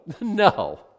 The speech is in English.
No